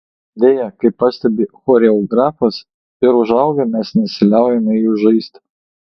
deja kaip pastebi choreografas ir užaugę mes nesiliaujame jų žaisti